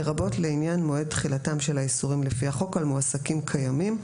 לרבות לעניין מועד תחילתם של האיסורים לפי החוק על מועסקים קיימים,